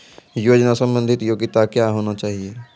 योजना संबंधित योग्यता क्या होनी चाहिए?